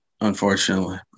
Unfortunately